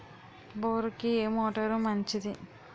బోరుకి ఏ మోటారు మంచిది?